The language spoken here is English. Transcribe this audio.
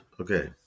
Okay